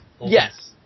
Yes